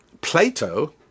Plato